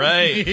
Right